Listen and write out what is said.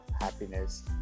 happiness